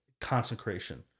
Consecration